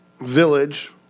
village